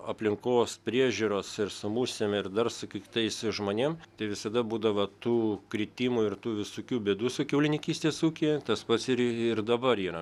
aplinkos priežiūros ir su musėm ir dar su kitais žmonėm tai visada būdavo tų kritimų ir tų visokių bėdų su kiaulininkystės ūkyje tas pats ir ir dabar yra